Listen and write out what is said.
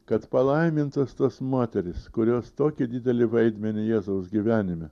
kad palaimintos tos moterys kurios tokį didelį vaidmenį jėzaus gyvenime